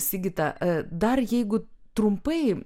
sigita dar jeigu trumpai